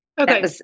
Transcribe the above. okay